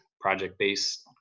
project-based